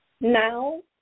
Now